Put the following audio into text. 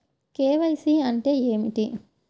KYC అంటే ఏమిటి?